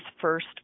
first